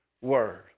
word